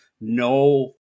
no